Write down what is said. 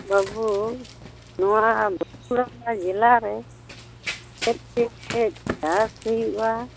ᱵᱟᱹᱵᱩ ᱱᱚᱣᱟ ᱵᱟᱸᱠᱩᱲᱟ ᱨᱮᱱᱟᱜ ᱡᱮᱞᱟᱨᱮ ᱪᱮᱫᱽ ᱪᱮᱫᱽ ᱪᱟᱥ ᱦᱩᱭᱩᱜᱼᱟ